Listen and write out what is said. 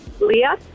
Leah